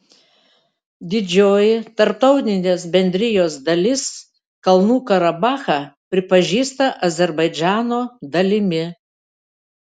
didžioji tarptautinės bendrijos dalis kalnų karabachą pripažįsta azerbaidžano dalimi